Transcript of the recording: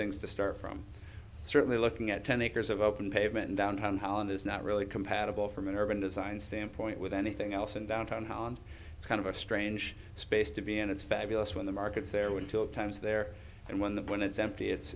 things to start from certainly looking at ten acres of open pavement in downtown holland is not really compatible from an urban design standpoint with anything else in downtown how and it's kind of a strange space to be and it's fabulous when the market's there when two of times there and when the when it's empty